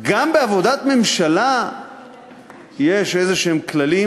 גם בעבודת ממשלה יש איזשהם כללים